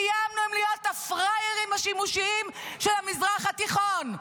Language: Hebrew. סיימנו עם להיות הפראיירים השימושיים של המזרח התיכון.